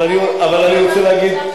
אבל אני רוצה להגיד,